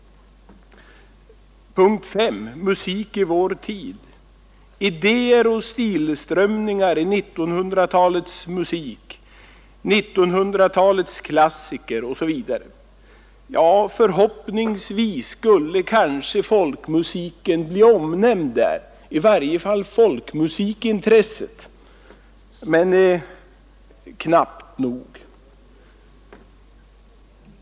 Punkten 5 har till rubrik Musik i vår tid. Idéer och stilströmningar i 1900-talets musik. 1900-talets klassiker. — Förhoppningsvis skulle kanske folkmusiken bli omnämnd där — i varje fall folkmusikintresset — men jag tror det knappast.